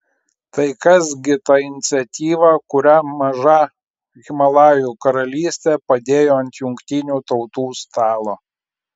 tai kas gi ta iniciatyva kurią maža himalajų karalystė padėjo ant jungtinių tautų stalo